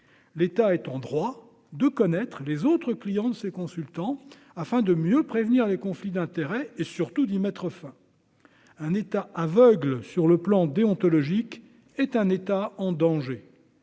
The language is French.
l'État est en droit de connaître les autres clients de ces consultants afin de mieux prévenir les conflits d'intérêt et surtout d'y mettre fin, un État aveugle sur le plan déontologique est un État en danger,